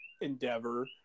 endeavor